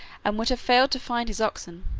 and would have failed to find his oxen,